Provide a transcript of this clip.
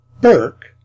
Burke